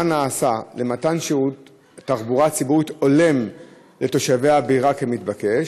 מה נעשה למתן שירות תחבורה ציבורית הולם לתושבי הבירה כמתבקש?